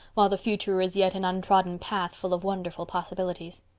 while the future is yet an untrodden path full of wonderful possibilities.